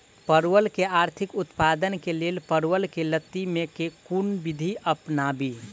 परवल केँ अधिक उत्पादन केँ लेल परवल केँ लती मे केँ कुन विधि अपनाबी?